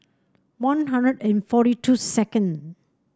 One Hundred and forty two second